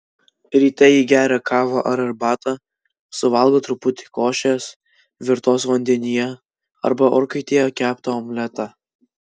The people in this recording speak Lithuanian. ryte ji geria kavą ar arbatą suvalgo truputį košės virtos vandenyje arba orkaitėje keptą omletą